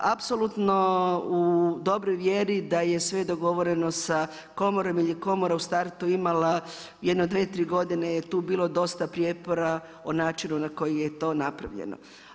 Apsolutno u dobroj vjeri da je sve dogovoreno sa komorom, jer je komora u startu imala jedno 2, 3 godine je tu bilo dosta prijepora o načinu na koji je to napravljeno.